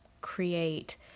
create